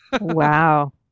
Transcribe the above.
Wow